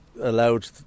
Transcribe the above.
allowed